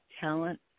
talent